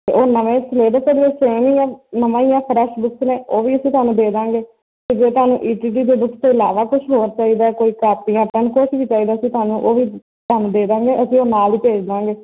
ਉਹ ਨਵੇਂ ਸਿਲੇਬਸ ਦੀਆਂ ਬੁਕਸ ਨਵਾਂ ਹੀ ਆ ਫਰੈਸ਼ ਬੁਕਸ ਨੇ ਉਹ ਵੀ ਅਸੀਂ ਤੁਹਾਨੂੰ ਦੇ ਦੇਵਾਂਗੇ ਅਤੇ ਜੇ ਤੁਹਾਨੂੰ ਈ ਟੀ ਟੀ ਦੀ ਬੁੱਕਸ ਤੋਂ ਇਲਾਵਾ ਕੁਝ ਹੋਰ ਚਾਹੀਦਾ ਕੋਈ ਕਾਪੀਆਂ ਪੈੱਨ ਕੁਛ ਵੀ ਚਾਹੀਦਾ ਅਸੀਂ ਤੁਹਾਨੂੰ ਉਹ ਵੀ ਤੁਹਾਨੂੰ ਦੇ ਦੇਵਾਂਗੇ ਅਸੀਂ ਉਹ ਨਾਲ ਹੀ ਭੇਜ ਦੇਵਾਂਗੇ